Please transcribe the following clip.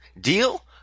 Deal